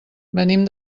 venim